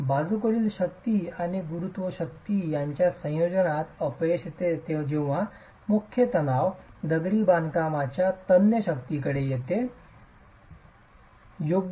बाजूकडील शक्ती आणि गुरुत्व शक्ती यांच्या संयोजनात अपयश येते जेव्हा मुख्य तणाव दगडी बांधकाम च्या तन्य शक्तीकडे येते योग्य